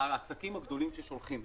העסקים הגדולים ששולחים.